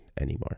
anymore